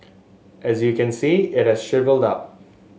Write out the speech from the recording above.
as you can see at a shrivelled love